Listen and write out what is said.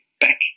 back